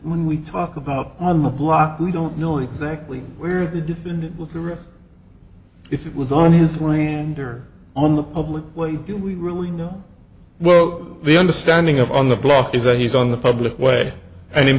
that we talk about on the block we don't know exactly where the defendant with yours if it was on his range or on the public when we really know what the understanding of on the block is that he's on the public way and him